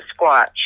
squatch